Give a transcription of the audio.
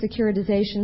securitization